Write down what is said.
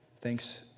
Thanks